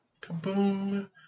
Kaboom